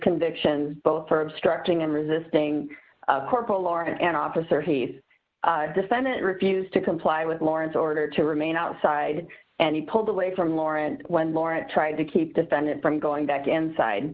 convictions both for obstructing and resisting corporal lauren an officer he says defendant refused to comply with lawrence order to remain outside and he pulled away from laurent when laura tried to keep defendant from going back inside